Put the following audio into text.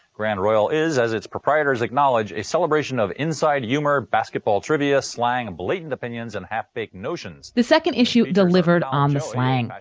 grand royal is, as its proprietors acknowledge, a celebration of inside humor, basketball trivia, slang and blatant opinions and half baked notions the second issue delivered on the slang.